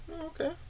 Okay